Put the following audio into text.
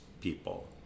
people